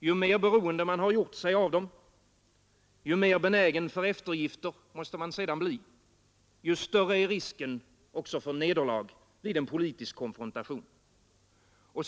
Ju mer beroende man har gjort sig av dem, desto mer benägen för eftergifter måste man sedan bli, desto större är risken också för nederlag vid en politisk konfrontation.